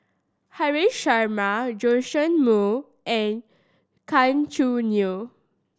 Haresh Sharma Joash Moo and Gan Choo Neo